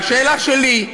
השאלה שלי: